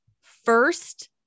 First